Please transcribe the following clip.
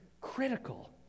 critical